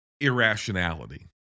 irrationality